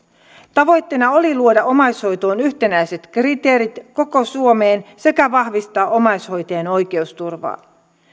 tavoitteena oli luoda omaishoitoon yhtenäiset kriteerit koko suomeen sekä vahvistaa omaishoitajien oikeusturvaa